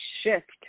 shift